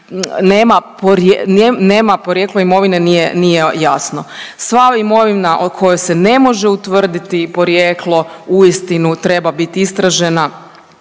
nema porijeklo imovine nije jasno. Sva imovina o kojoj se ne može utvrditi porijeklo uistinu treba biti istražena